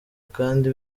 kandi